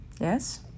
Yes